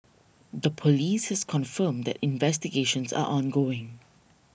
the police has confirmed that investigations are ongoing